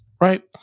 right